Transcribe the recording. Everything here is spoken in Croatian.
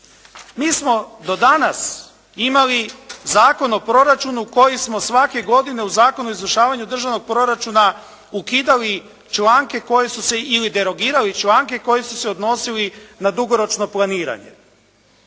Mi smo do danas imali Zakon o proračunu koji smo svake godine uz Zakon o izvršavanju državnog proračuna ukidali članke koji su se ili derogirali članke koji su se odnosili na dugoročno planiranje.